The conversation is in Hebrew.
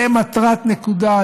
למטרת נקודה,